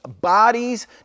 Bodies